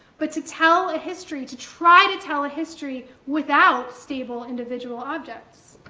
but to tell a history, to try to tell a history without stable, individual objects.